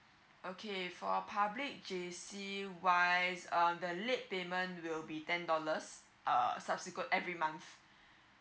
okay for public J_C wise um the late payment will be ten dollars err subsequent every month